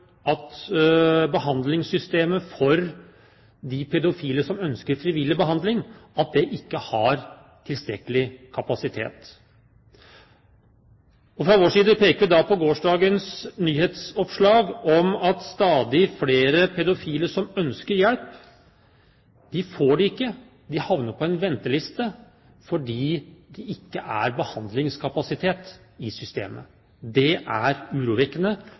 at behandlingssystemet for de pedofile som ønsker frivillig behandling, har tilstrekkelig kapasitet. Fra vår side peker vi da på tirsdagens nyhetsoppslag om at stadig flere pedofile som ønsker hjelp, ikke får det, de havner på en venteliste fordi det ikke er behandlingskapasitet i systemet. Det er urovekkende,